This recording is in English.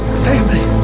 save me.